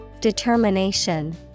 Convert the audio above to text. Determination